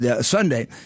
Sunday